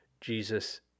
Jesus